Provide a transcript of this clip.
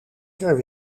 ter